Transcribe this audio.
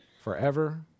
forever